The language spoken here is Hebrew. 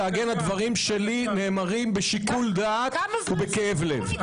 הדברים שלי נאמרים בשיקול דעת ובכאב לב.